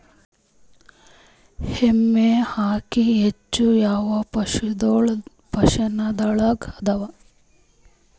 ಎಮ್ಮೆ ಅಕ್ಕಿ ಹೆಚ್ಚು ಯಾವ ಪಶುಸಂಗೋಪನಾಲಯದಾಗ ಅವಾ?